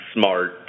smart